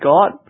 God